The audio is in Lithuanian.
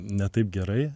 ne taip gerai